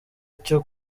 cyo